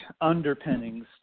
underpinnings